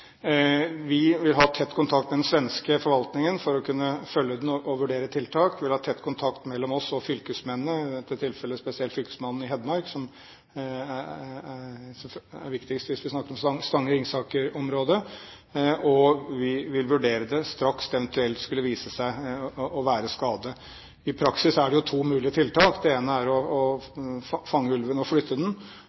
Vi vil ha tett kontakt med den svenske forvaltningen for å kunne følge ulven og vurdere tiltak. Vi vil ha tett kontakt med fylkesmennene, i dette tilfellet spesielt fylkesmannen i Hedmark, som er viktigst hvis vi snakker om Stange–Ringsaker-området, og vi vil vurdere det straks hvis det eventuelt skulle vise seg å være skade. I praksis er det jo to mulige tiltak: Det ene er å fange ulven og flytte den, og det andre er å jakte på ulven og fjerne den.